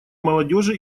молодежи